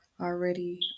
already